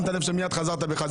שמת לב שמיד חזרת בך?